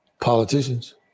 Politicians